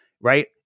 right